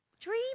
Dream